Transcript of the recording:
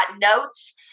notes